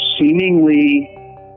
seemingly